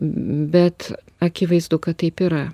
bet akivaizdu kad taip yra